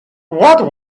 what